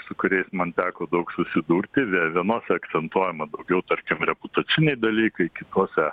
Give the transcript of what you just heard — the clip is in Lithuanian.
su kuriais man teko daug susidurti vienuose akcentuojama daugiau tarkim reputaciniai dalykai kituose